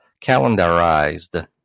Calendarized